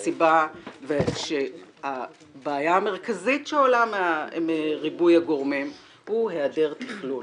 הסיבה שהבעיה המרכזית שעולה מריבוי הגורמים היא היעדר תכלול.